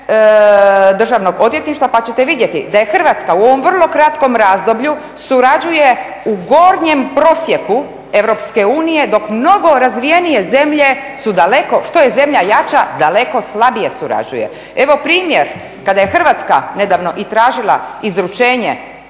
državnog odvjetništva pa ćete vidjeti da je Hrvatska u ovom vrlo kratkom razdoblju surađuje u gornjem prosjeku Europske unije dok mnogo razvijenije zemlje su daleko, što je zemlja jača daleko slabije surađuje. Evo primjer, kada je Hrvatska nedavno i tražila izručenje